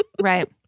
Right